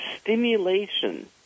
stimulation